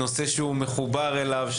נושא שהוא מחובר אליו,